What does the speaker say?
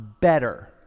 better